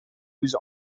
whose